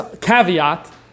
caveat